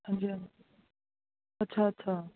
ਹਾਂਜੀ ਹਾਂਜੀ ਅੱਛਾ ਅੱਛਾ